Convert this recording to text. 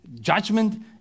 judgment